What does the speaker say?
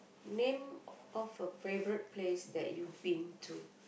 name of a favourite place that you been to